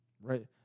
right